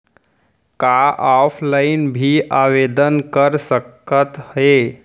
का ऑफलाइन भी आवदेन कर सकत हे?